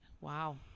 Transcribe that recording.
Wow